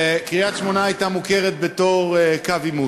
וקריית-שמונה הייתה מוכרת בתור יישוב קו עימות.